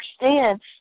understand